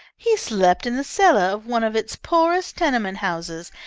he slept in the cellar of one of its poorest tenement houses,